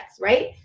right